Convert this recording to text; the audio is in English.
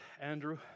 Andrew